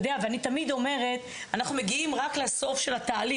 אנחנו מגיעים רק לסוף של התהליך,